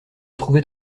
trouvez